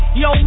yo